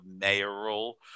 mayoral –